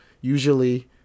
usually